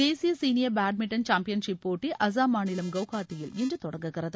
தேசிய senior badminton championship போட்டி அசாம் மாநிலம் குவஹாத்தியில் இன்று தொடங்குகிறது